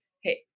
Hey